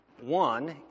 One